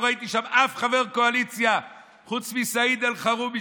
לא ראיתי שם אף חבר קואליציה חוץ מסעיד אלחרומי,